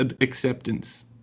acceptance